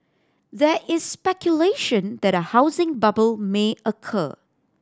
there is speculation that a housing bubble may occur